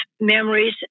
memories